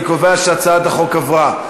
אני קובע שהצעת החוק עברה.